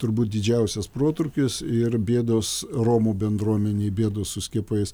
turbūt didžiausias protrūkis ir bėdos romų bendruomenėj bėdos su skiepais